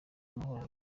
amahoro